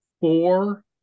four